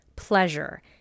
pleasure